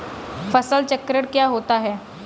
फसल चक्रण क्या होता है?